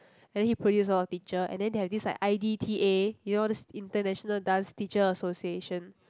then he produce a lot of teacher and then they have this like i_d_t_a you know this international dance teacher association